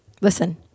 listen